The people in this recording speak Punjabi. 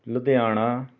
ਲੁਧਿਆਣਾ